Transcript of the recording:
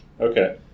Okay